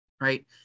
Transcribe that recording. right